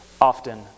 often